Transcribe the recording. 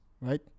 Right